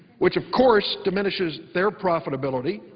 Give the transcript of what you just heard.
which, of course, diminishes their profitability,